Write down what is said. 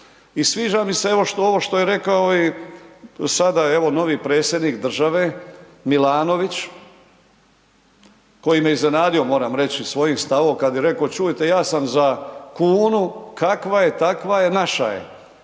i sviđa mi se evo ovo što je rekao i sada evo novi predsjednik države Milanović, koji me iznenadio moram reći svojim stavom kad je rekao čujte ja sam za kunu, kakva je takva je naša je.